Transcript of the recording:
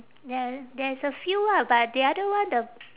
ya there's a few lah but the other one the